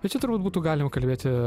bet čia turbūt būtų galima kalbėti